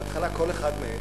בהתחלה כל אחד מהם,